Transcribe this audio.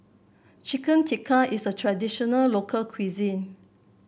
Chicken Tikka is a traditional local cuisine